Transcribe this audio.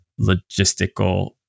logistical